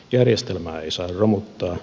järjestelmää ei saa romuttaa